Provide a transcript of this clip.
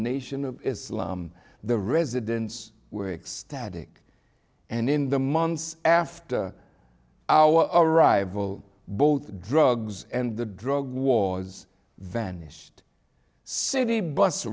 nation of islam the residents were ecstatic and in the months after our arrival both drugs and the drug wars vanished city bus